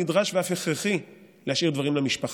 נדרש ואף הכרחי להשאיר דברים למשפחה.